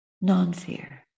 non-fear